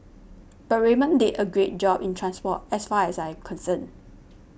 but Raymond did a great job in transport as far as I concerned